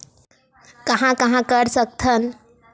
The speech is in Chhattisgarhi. कहां कहां कर सकथन?